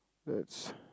that's